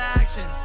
action